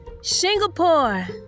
singapore